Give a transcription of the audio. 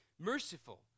merciful